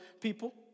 people